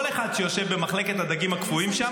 כל אחד שיושב במחלקת הדגים הקפואים שם